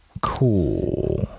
cool